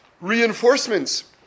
reinforcements